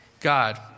God